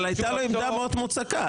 אבל הייתה לו עמדה מאוד מוצקה.